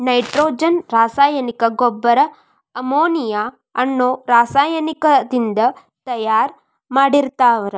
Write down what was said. nitrogen ರಾಸಾಯನಿಕ ಗೊಬ್ಬರ ammonia ಅನ್ನೋ ರಾಸಾಯನಿಕದಿಂದ ತಯಾರ್ ಮಾಡಿರ್ತಾರ